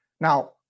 Now